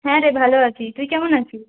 হ্যাঁ রে ভালো আছি তুই কেমন আছিস